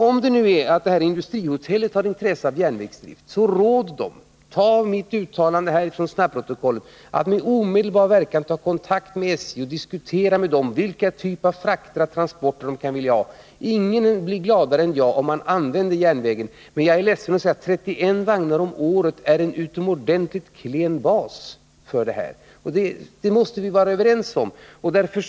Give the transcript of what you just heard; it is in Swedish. Om det nu är så att industrihotellet har intresse av järnvägsdrift, så råd vederbörande, med mitt i snabbprotokollet redovisade uttalande som grund, att med omedelbar verkan ta kontakt med SJ för att diskutera vilken typ av frakter och transporter man vill ha. Ingen blir gladare än jag om man Nr 9 använder järnvägen. Men jag är ledsen att säga att 31 vagnar om året är en Tisdagen den utomordentligt klen bas för järnvägstrafik — det måste vi vara överens 17 mars 1981 om.